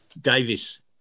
Davis